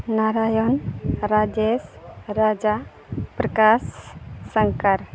Narayan Rajesh Raja Prakash Shankar